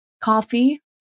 coffee